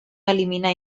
eliminar